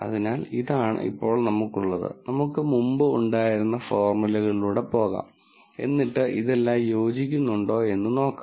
അതിനാൽ ഇതാണ് ഇപ്പോൾ നമുക്കുള്ളത് നമുക്ക് മുമ്പ് ഉണ്ടായിരുന്ന ഫോർമുലകളിലൂടെ പോകാം എന്നിട്ട് ഇതെല്ലാം യോജിക്കുന്നുണ്ടോ എന്ന് നോക്കാം